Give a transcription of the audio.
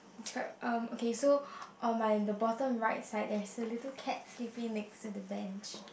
describe um okay so on my in the bottom right side there's a little cat sleeping next to the bench